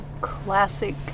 classic